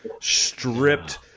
stripped